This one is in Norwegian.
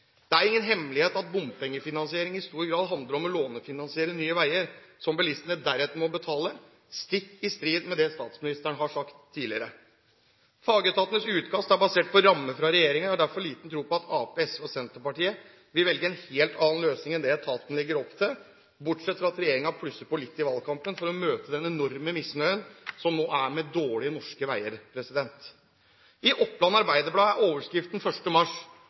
Det er ingen hemmelighet at bompengefinansiering i stor grad handler om å lånefinansiere nye veier som bilistene deretter må betale, stikk i strid med det statsministeren har sagt tidligere. Fagetatenes utkast er basert på en ramme fra regjeringen, og jeg har derfor liten tro på at Arbeiderpartiet, SV og Senterpartiet vil velge en helt annen løsning enn det etaten legger opp til, bortsett fra at regjeringen plusser på litt i valgkampen for å møte den enorme misnøyen som det er med dårlige norske veier. I Oppland Arbeiderblad er overskriften 1. mars: